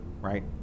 right